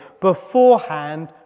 beforehand